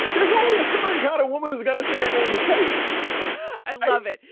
there's only a certain kind of woman who's gonna say, your name is katie i love it.